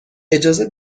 اجازه